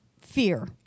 fear